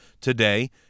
today